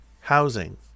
Housing